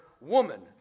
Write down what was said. woman